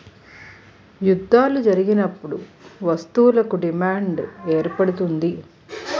యుద్ధాలు జరిగినప్పుడు వస్తువులకు డిమాండ్ ఏర్పడుతుంది